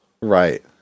Right